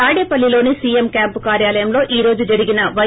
తాడేపల్లిలోని CM camp కార్యాలయంలో ఈ రోజు జరిగిన పై